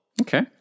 Okay